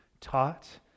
taught